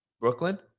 Brooklyn